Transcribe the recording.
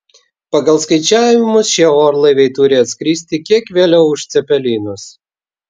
pagal skaičiavimus šie orlaiviai turi atskristi kiek vėliau už cepelinus